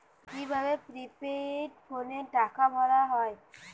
কি ভাবে প্রিপেইড ফোনে টাকা ভরা হয়?